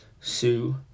Sue